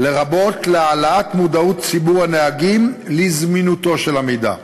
לרבות להעלאת מודעות ציבור הנהגים לזמינותו של המידע.